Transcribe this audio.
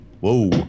Whoa